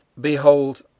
Behold